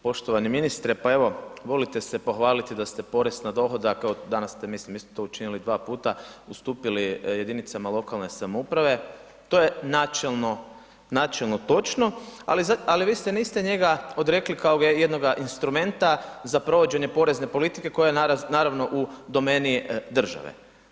Poštovani ministre, pa evo volite se pohvaliti da ste porez na dohodak, evo danas ste mislim isto to učinili dva puta, ustupili jedinicama lokalne samouprave, to je načelno, načelno točno, ali vi se niste njega odrekli kao jednoga instrumenta za provođenje porezne politike koja je naravno u domeni države.